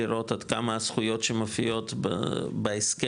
לראות עד כמה הזכויות שמופיעות בהסכם,